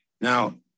Now